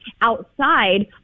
outside